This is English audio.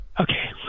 Okay